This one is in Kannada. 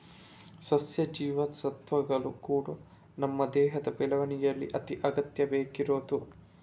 ಸಸ್ಯ ಜೀವಸತ್ವಗಳು ಕೂಡಾ ನಮ್ಮ ದೇಹದ ಬೆಳವಣಿಗೇಲಿ ಅತಿ ಅಗತ್ಯ ಬೇಕಿರುದು